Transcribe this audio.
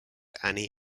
annie